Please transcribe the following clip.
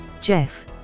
Jeff